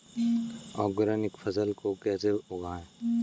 Organic फसल को कैसे उगाएँ?